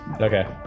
okay